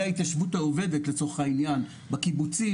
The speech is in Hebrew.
ההתיישבות העובדת לצורך העניין בקיבוצים,